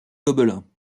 gobelins